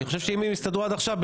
אני חושב שאם הם הסתדרו עד עכשיו,